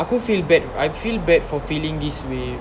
aku feel bad I feel bad for feeling this way